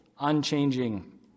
unchanging